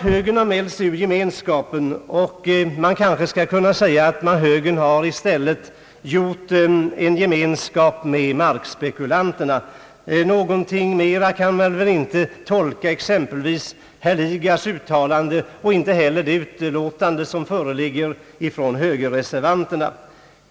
Högern hade mält sig ur gemenskapen. Man kanske i stället kan säga att högern har nått en gemenskap med markspekulanterna. Någonting annat kan man väl inte uttolka ur herr Lidgards uttalande, och inte heller ur det uttalande som föreligger från högerreservanterna.